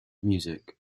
music